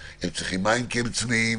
אם צריכים מים כי הם צמאים,